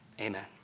Amen